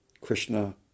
Krishna